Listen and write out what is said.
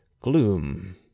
gloom